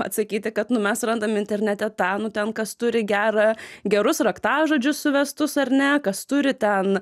atsakyti kad nu mes randam internete tą nu ten kas turi gerą gerus raktažodžius suvestus ar ne kas turi ten